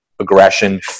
aggression